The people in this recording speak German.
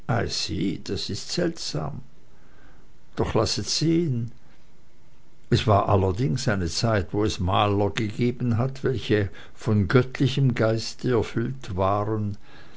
das ist seltsam doch lasset sehen es war allerdings eine zeit wo es maler gegeben hat welche von göttlichem geiste erfüllt waren